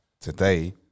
Today